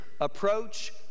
approach